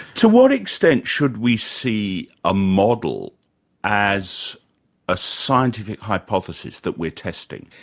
to what extent should we see a model as a scientific hypothesis that we're testing?